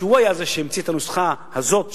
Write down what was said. שהוא זה שהמציא את הנוסחה הזאת,